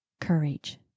courage